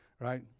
right